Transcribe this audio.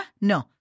No